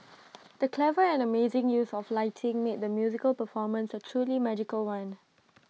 the clever and amazing use of lighting made the musical performance A truly magical one